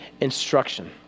instruction